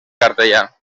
cartellà